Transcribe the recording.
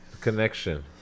Connection